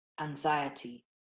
anxiety